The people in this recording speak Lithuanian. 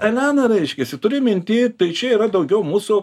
elena reiškiasi turi minty tai čia yra daugiau mūsų